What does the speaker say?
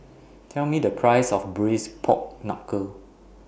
Tell Me The Price of Braised Pork Knuckle